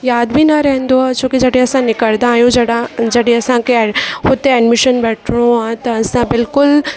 याद बि न रहंदो आहे छोकि जॾहिं असां निकिरंदा आहियूं जॾा जॾहिं असांखे हुते एडमिशन वठिणो आहे त असां बिल्कुलु